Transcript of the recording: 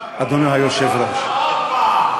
אדוני היושב-ראש.